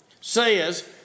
says